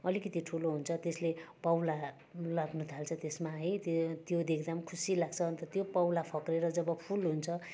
ठुलो हुन्छ त्यसले पाउला लाग्न थाल्छ त्यसमा है त्यो त्यो देख्दा पनि खुसी लाग्छ अन्त त्यो पाउला फक्रिएर जब फुल हुन्छ